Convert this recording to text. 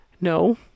No